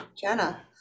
Jenna